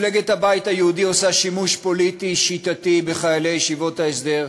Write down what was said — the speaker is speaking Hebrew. מפלגת הבית היהודי עושה שימוש פוליטי שיטתי בחיילי ישיבות ההסדר,